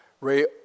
Ray